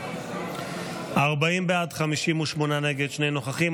40 בעד, 58 נגד, שני נוכחים.